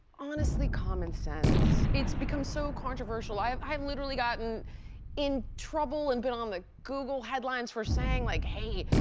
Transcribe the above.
honestly, common sense. it's become so controversial. i um i um literally gotten in trouble, and been on the google headlines for saying like, hey,